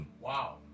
Wow